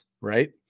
right